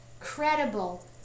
credible